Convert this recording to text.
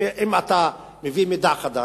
אם אתה מביא מידע חדש,